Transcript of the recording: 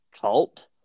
cult